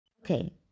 okay